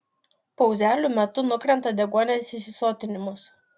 pauzelių metu nukrenta deguonies įsisotinimas